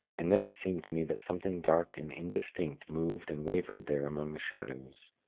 and then it seemed to me that something dark and indistinct moved and wavered there among the shadows.